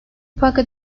fakat